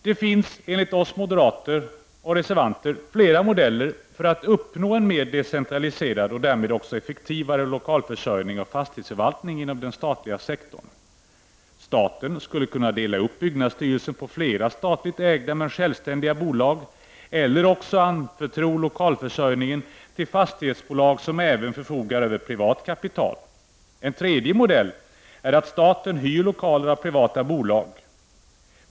Det finns enligt oss moderater och reservanter flera modeller som kan användas för att uppnå en mer decentraliserad och därmed också effektivare lokalförsörjning och fastighetsförvaltning inom den statliga sektorn. Staten skulle kunna dela upp byggnadsstyrelsen på flera statligt ägda men självständiga bolag eller också anförtro lokalförsörjningen till fastighetsbolag som även förfogar över privat kapital. En tredje modell är att staten hyr lokaler av privata bolag.